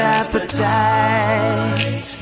appetite